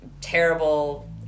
terrible